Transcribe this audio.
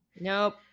nope